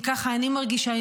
אם ככה אני מרגישה,